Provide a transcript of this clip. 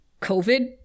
COVID